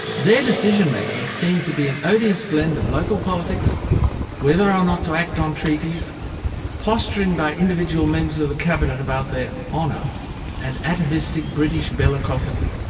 their decision-making seemed to be an odious blend of local politics whether or not to act on treaties posturing by individual members of the cabinet about their honour and atavistic british bellicosity.